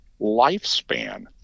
lifespan